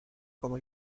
como